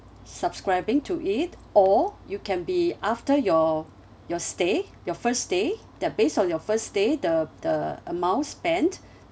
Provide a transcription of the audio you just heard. subscribing to it or you can be after your your stay your first stay that based on your first day the the amount spent